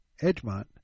Edgemont